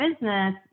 business